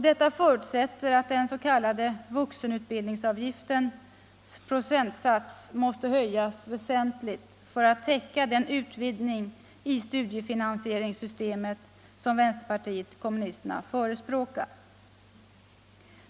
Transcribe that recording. Detta förutsätter att den s.k. vuxenutbildningsavgiftens procentsats måste höjas väsentligt för att täcka den utvidgning av studiefinansieringssystemet som vänsterpartiet kommunisterna förespråkar.